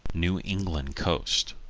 new england coast.